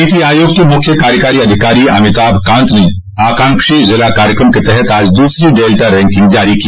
नीति आयोग के मुख्य कार्यकारी अधिकारी अमिताभ कांत ने आकांक्षी जिला कार्यक्रम के तहत आज दूसरी डेल्टा रैंकिंग जारी की